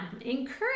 Encourage